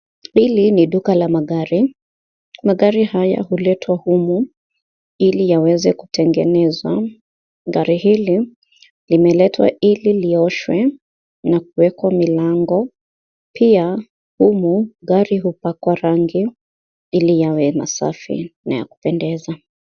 Hili ni duka la magari. Magari haya huletwa humu ili yaweze kutengenezwa. Gari hili limeletwa ili lioshwe na kuwekwa milango. Pia, humu, gari hupakwa rangi ili yawe masafi na ya kupendeza.